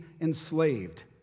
enslaved